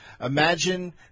Imagine